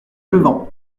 levant